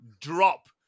drop